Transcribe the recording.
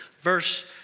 Verse